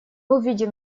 увидим